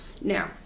Now